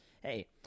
hey